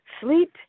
sleep